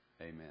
amen